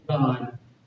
God